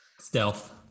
Stealth